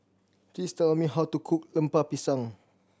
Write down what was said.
please tell me how to cook Lemper Pisang